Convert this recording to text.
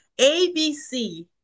abc